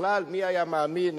בכלל, מי היה מאמין.